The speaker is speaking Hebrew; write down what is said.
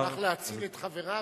הוא הלך להציל את חבריו.